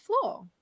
floor